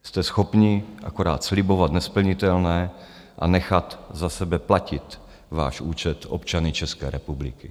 Jste schopni akorát slibovat nesplnitelné a nechat za sebe platit váš účet občany České republiky.